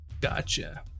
Gotcha